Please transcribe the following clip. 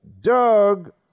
doug